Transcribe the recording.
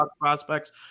prospects